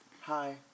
Hi